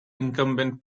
incumbent